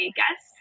guess